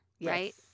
right